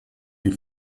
die